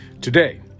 today